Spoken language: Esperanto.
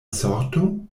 sorto